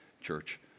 church